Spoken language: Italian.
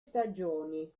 stagioni